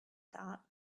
that